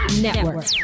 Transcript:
Network